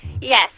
Yes